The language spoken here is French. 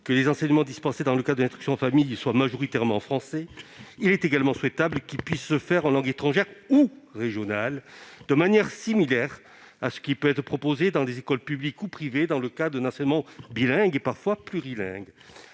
que les enseignements dispensés dans le cadre de l'instruction en famille soient majoritairement en français, il est également souhaitable qu'ils puissent se faire en langues étrangères ou régionales, comme cela peut être proposé dans les écoles publiques ou privées dans le cadre d'un enseignement bilingue ou plurilingue.